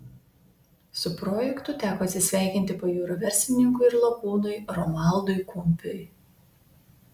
su projektu teko atsisveikinti pajūrio verslininkui ir lakūnui romualdui kumpiui